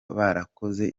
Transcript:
barakoze